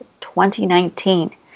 2019